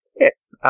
Yes